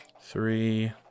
Three